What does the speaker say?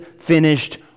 finished